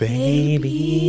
Baby